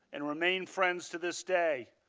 and remain friends to this day.